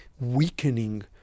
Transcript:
weakening